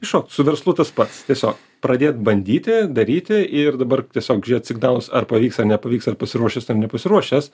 įšokt su verslu tas pats tiesiog pradėt bandyti daryti ir dabar tiesiog žiūrėt signalus ar pavyks ar nepavyks ar pasiruošęs tam nepasiruošęs